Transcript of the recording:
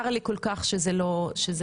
צר לי כל כך שזה לא קורה.